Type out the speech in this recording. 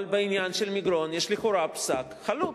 אבל בעניין של מגרון יש לכאורה פסק חלוט.